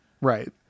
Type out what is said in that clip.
right